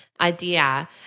idea